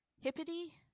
Hippity